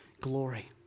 glory